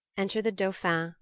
enter the dolphin,